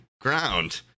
ground